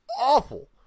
awful